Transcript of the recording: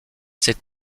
ces